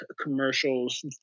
commercials